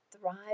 Thrive